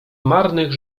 marnych